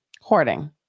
Hoarding